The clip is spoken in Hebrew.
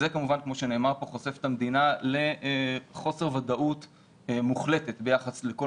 זה כמובן כמו שנאמר חושף את המדינה לחוסר ודאות מוחלטת ביחס לכל